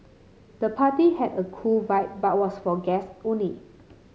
the party had a cool vibe but was for guest only